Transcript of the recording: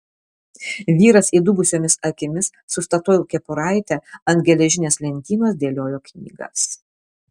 vyras įdubusiomis akimis su statoil kepuraite ant geležinės lentynos dėliojo knygas